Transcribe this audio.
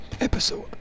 episode